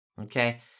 Okay